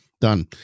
Done